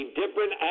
different